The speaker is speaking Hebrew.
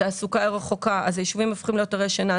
אז התעסוקה היא רחוקה ואז היישובים הופכים להיות ערי שינה.